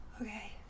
Okay